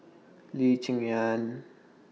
Lee Cheng Yan